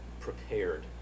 prepared